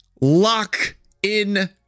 lock-in